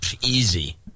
easy